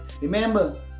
Remember